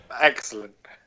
Excellent